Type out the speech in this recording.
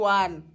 one